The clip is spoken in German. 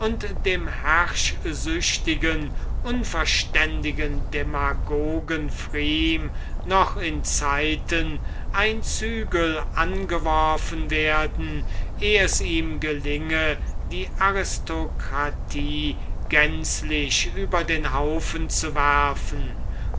dem herrschsüchtigen unverständigen demagogen dem zunftmeister pfrieme noch in zeiten ein zügel angeworfen werden eh es ihm gelinge die aristokratie gänzlich über den haufen zu werfen